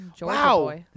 wow